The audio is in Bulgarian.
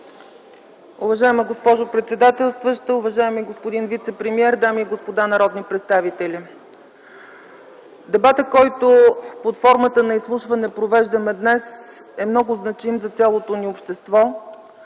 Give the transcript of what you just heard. Уважаема госпожо председателстваща, уважаеми господин вицепремиер, дами и господа народни представители! Дебатът, който под формата на изслушване провеждаме днес, е много значим за цялото ни общество,